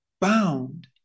bound